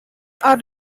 are